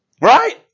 Right